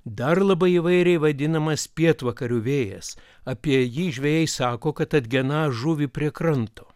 dar labai įvairiai vadinamas pietvakarių vėjas apie jį žvejai sako kad atgeną žuvį prie kranto